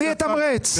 אני אתמרץ.